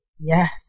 Yes